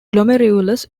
glomerulus